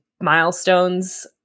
milestones